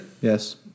Yes